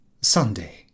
Sunday